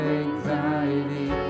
anxiety